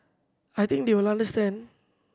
I think they will understand